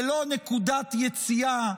ללא נקודת יציאה,